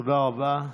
תודה רבה.